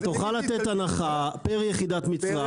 אתה תוכל לתת הנחה פר יחידת מצרך,